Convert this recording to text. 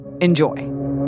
Enjoy